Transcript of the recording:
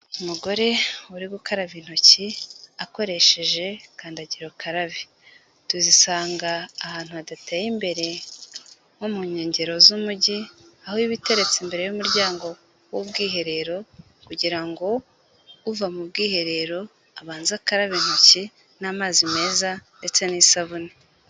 Umugore uri gukaraba intoki, akoresheje kandagira ukarabe. Tuzisanga ahantu hadateye imbere, nko mu nkengero z'umujyi, aho iba iteretse imbere y'umuryango w'ubwiherero, kugira ngo uva mu bwiherero, abanze akarabe intoki n'amazi meza ndetse n'isabune.